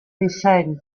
disseny